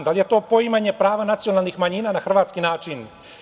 Da li je to poimanje prava nacionalnih manjina na hrvatski način?